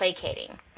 placating